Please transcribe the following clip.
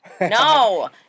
No